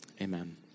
Amen